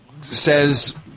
says